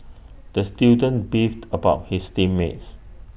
the student beefed about his team mates